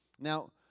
Now